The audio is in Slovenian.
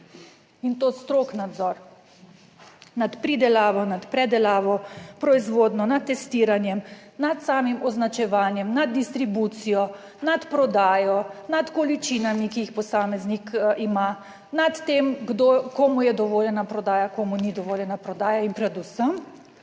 in to strog nadzor nad pridelavo, nad predelavo, proizvodnjo, nad testiranjem, nad samim označevanjem nad distribucijo, nad prodajo, nad količinami, ki jih posameznik ima, nad tem, komu je dovoljena prodaja, komu ni dovoljena prodaja in predvsem,